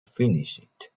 finished